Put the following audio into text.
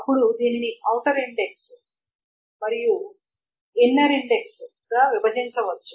అప్పుడు దీనిని outer index మరియు ఇన్నర్ ఇండెక్స్ గా విభజించవచ్చు